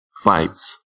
fights